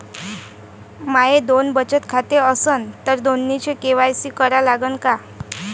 माये दोन बचत खाते असन तर दोन्हीचा के.वाय.सी करा लागन का?